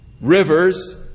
rivers